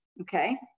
Okay